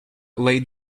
laid